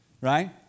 Right